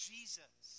Jesus